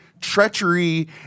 treachery